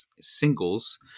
singles